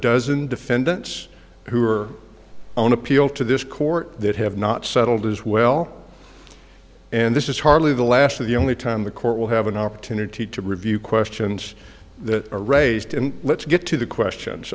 dozen defendants who are on appeal to this court that have not settled as well and this is hardly the last of the only time the court will have an opportunity to review questions that are raised and let's get to the questions